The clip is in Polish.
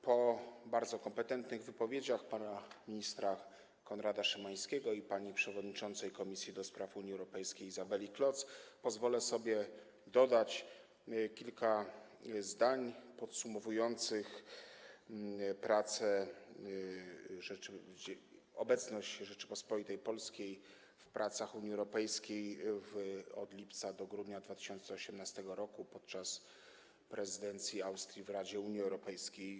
Po bardzo kompetentnych wypowiedziach pana ministra Konrada Szymańskiego i pani przewodniczącej Komisji do Spraw Unii Europejskiej Izabeli Kloc pozwolę sobie dodać kilka zdań podsumowujących obecność, uczestnictwo Rzeczypospolitej Polskiej w pracach Unii Europejskiej od lipca do grudnia 2018 r. podczas prezydencji Austrii w Radzie Unii Europejskiej.